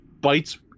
bites